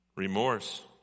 Remorse